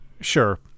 Sure